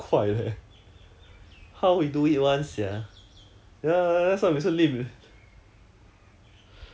ya lor ya lor talk cock here and there I I don't know whether will pass the trial or not lah but then